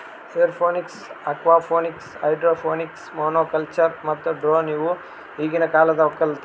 aeroponics, aquaponics, hydroponics, monoculture ಮತ್ತ drone ಇವು ಈಗಿನ ಕಾಲದ ಒಕ್ಕಲತನ